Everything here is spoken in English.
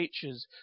features